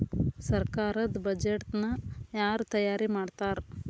ಸರ್ಕಾರದ್ ಬಡ್ಜೆಟ್ ನ ಯಾರ್ ತಯಾರಿ ಮಾಡ್ತಾರ್?